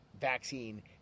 vaccine